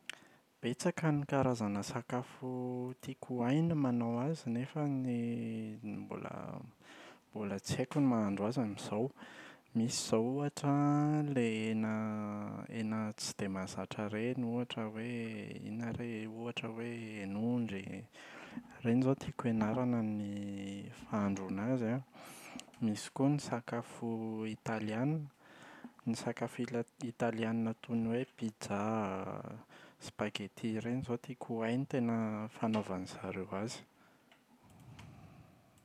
Betsaka ny karazana sakafo tiako ho hay ny manao azy, nefany mbola mbola tsy haiko ny mahandro azy amin’izao. Misy izao ohatra an ilay hena hena tsy dia mahazatra ahy ireny ohatra hoe inona re e? ohatra hoe hen’ondry. Ireny izao tiako hianarana ny fahandro an’azy an. Misy koa ny sakafo italiana, ny sakafo ila- italiana toy ny hoe pizza, spaghetti ireny izao tiako ho hay ny tena fanaovan’izareo azy.